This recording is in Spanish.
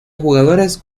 jugadores